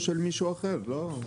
יו"ד.